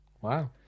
Wow